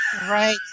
Right